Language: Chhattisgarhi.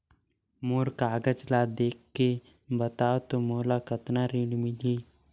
मोर कागज ला देखके बताव तो मोला कतना ऋण मिलही?